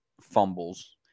fumbles